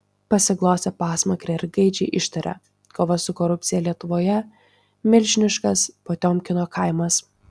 pasiglostė pasmakrę ir gaižiai ištarė kova su korupcija lietuvoje milžiniškas potiomkino kaimas